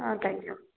ಹಾಂ thank you